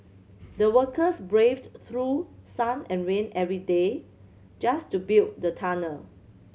the workers braved through sun and rain every day just to build the tunnel